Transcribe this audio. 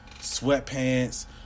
sweatpants